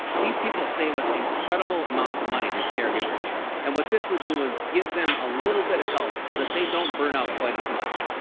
these people save us incredible amounts of money these caregivers and what this would do is give them a little bit of help so they don't burn out quite as much.